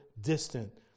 distant